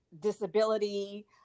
disability